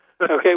Okay